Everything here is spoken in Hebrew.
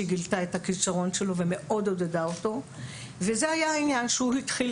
שהיא גילתה את הכישרון שלו ומאוד עודדה אותו וזה היה העניין שהוא התחיל